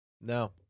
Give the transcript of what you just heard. No